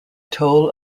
toll